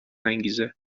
انگیزه